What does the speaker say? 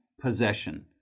possession